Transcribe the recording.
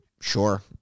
Sure